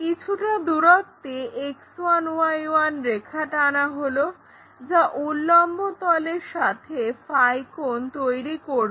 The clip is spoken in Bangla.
কিছুটা দূরত্বে X1Y1 রেখা টানা হলো যা উল্লম্ব তলের সাথে কোণ তৈরি করবে